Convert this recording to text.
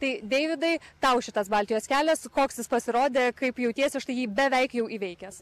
tai deividai tau šitas baltijos kelias koks jis pasirodė kaip jautiesi štai jį beveik jau įveikęs